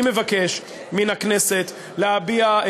אני מבקש מן הכנסת להביע,